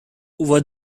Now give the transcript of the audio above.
were